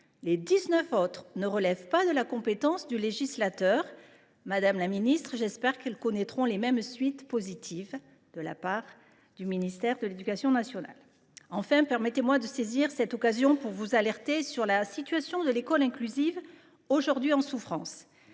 neuf autres ne relèvent pas de la compétence du législateur ; madame la ministre, j’espère qu’elles connaîtront le même accueil positif de la part du ministère de l’éducation nationale et qu’il y sera donné suite. Enfin, permettez moi de saisir cette occasion pour vous alerter sur la situation de l’école inclusive, aujourd’hui en souffrance.